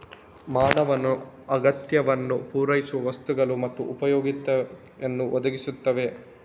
ಮಾನವನ ಅಗತ್ಯಗಳನ್ನು ಪೂರೈಸುವ ವಸ್ತುಗಳು ಮತ್ತು ಉಪಯುಕ್ತತೆಯನ್ನು ಒದಗಿಸುತ್ತವೆ